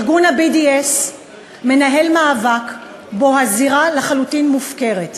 ארגון ה-BDS מנהל מאבק והזירה מופקרת לחלוטין.